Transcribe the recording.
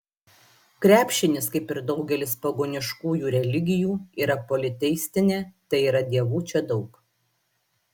krepšinis kaip ir daugelis pagoniškųjų religijų yra politeistinė tai yra dievų čia daug